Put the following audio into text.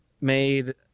made